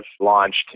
launched